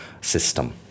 system